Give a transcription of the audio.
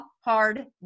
hard